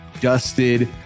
dusted